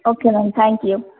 okay ma'am thank you